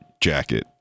jacket